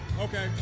Okay